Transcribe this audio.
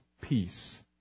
peace